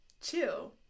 chill